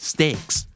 Stakes